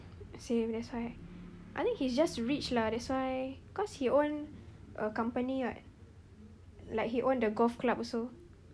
same that's why I think he's just rich lah that's why cause he own a company [what] like he own the golf club also